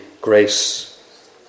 grace